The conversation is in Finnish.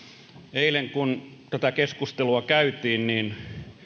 eilen kun tätä keskustelua käytiin